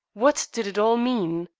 what did it all mean?